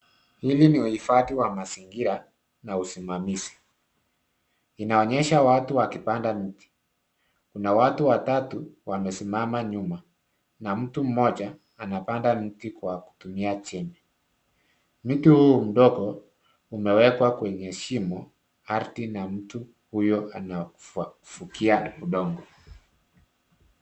Hili ni uhifadhi wa mazingira na usimamizi, inaonyesha watu wakipanda mti. Kuna watu watatu wamesimama nyuma na mtu mmoja anapanda mti kwa kutumia jembe. Mti huyu mdogo, umewekwa kwenye shimo, ardhi na mtu huyo anafunikia udongo.